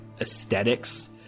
aesthetics